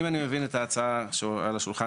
אם אני מבין את ההצעה שעל השולחן,